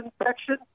infection